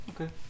Okay